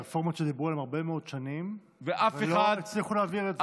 אלה רפורמות שדיברו עליהן הרבה מאוד שנים ולא הצליחו להעביר אותן.